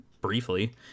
briefly